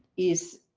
is.